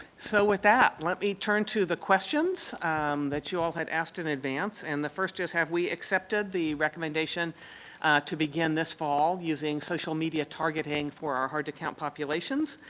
so, with that, let me turn to the questions that you all had asked in advance and the first is have we accepted the recommendation to begin this fall using social media targeting for our hard-to-count populations?